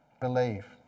Believe